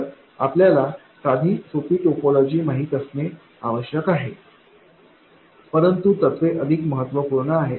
तर आपल्याला साधी सोपी टोपोलॉजी माहित असणे आवश्यक आहे परंतु तत्त्वे अधिक महत्त्वपूर्ण आहेत